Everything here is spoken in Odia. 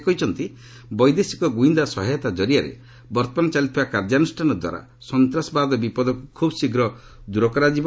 ସେ କହିଛନ୍ତି ବୈଦେଶିକ ଗୁଇନ୍ଦା ସହାୟତା ଜରିଆରେ ବର୍ତ୍ତମାନ ଚାଲିଥିବା କାର୍ଯ୍ୟାନୁଷ୍ଠାନ ଦ୍ୱାରା ସନ୍ତାସବାଦ ବିପଦକୁ ଖୁବ୍ଶୀଘ୍ର ଦୂର କରାଯିବ